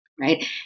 right